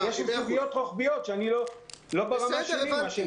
יש שם סוגיות רוחביות שהן לא ברמה שלי.